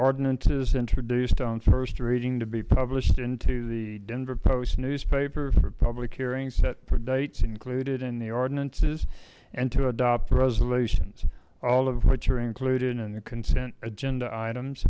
ordinances introduced on first reading to be published into the denver post newspaper for public hearing set for dates included in the ordinances and to adopt resolutions all of which are included in the consent agenda items